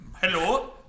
Hello